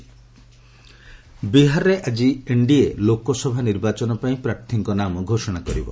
Bihar NDA ବିହାରରେ ଆଜି NDA Lok Sabha ନିର୍ବାଚନ ପାଇଁ ପ୍ରାର୍ଥୀଙ୍କ ନାମ ଘୋଷଣା କରିବ